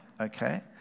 Okay